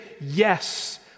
Yes